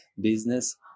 business